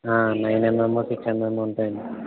nine mm six mm ఉంటాయండి